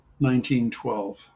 1912